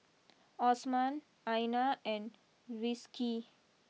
Osman Aina and Rizqi